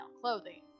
clothing